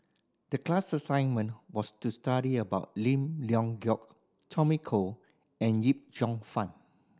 the class assignment was to study about Lim Leong Geok Tommy Koh and Yip Cheong Fun